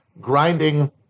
grinding